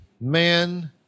man